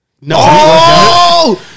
No